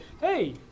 hey